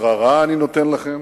ששררה אני נותן לכם?